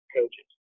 coaches